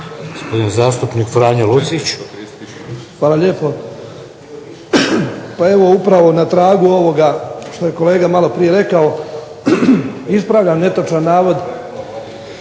Hvala lijepo. Pa evo upravo na tragu ovoga što je kolega maloprije rekao ispravljam netočan navod